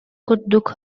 курдук